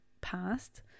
past